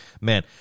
man